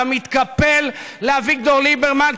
אתה מתקפל מול אביגדור ליברמן,